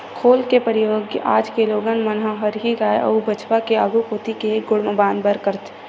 खोल के परियोग आज के लोगन मन ह हरही गाय अउ बछवा के आघू कोती के एक गोड़ म बांधे बर करथे